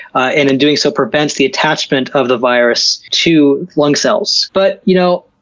ah in and doing so prevents the attachment of the virus to lung cells. but you know,